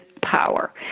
power